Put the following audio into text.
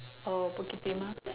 or bukit-timah